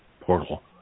portal